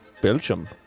Belgium